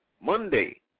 Monday